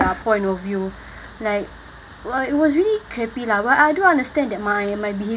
point of view like was was really crappy lah but I do understand my my behavior